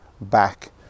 back